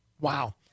Wow